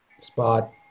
spot